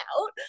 out